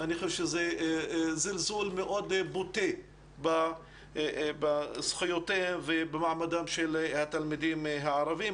אני חושב שזה זלזול בוטה מאוד בזכויותיהם ובמעמדם של התלמידים הערבים.